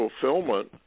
fulfillment